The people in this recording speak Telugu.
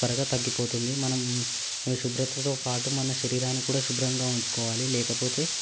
త్వరగా తగ్గిపోతుంది మనం శుభ్రతతో పాటు మన శరీరాన్ని కూడా శుభ్రంగా ఉంచుకోవాలి లేకపోతే